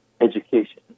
education